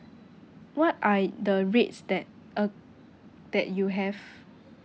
what are the rates that uh that you have